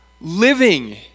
living